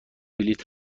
بلیط